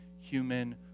human